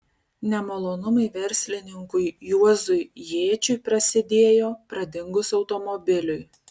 nemalonumai verslininkui juozui jėčiui prasidėjo pradingus automobiliui